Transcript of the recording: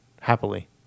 happily